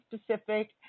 specific